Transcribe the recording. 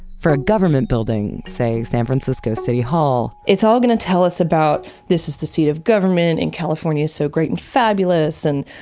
for a government building say, san francisco city hall. it's all going to tell us about, this is the seat of government, and california's so great and fabulous and,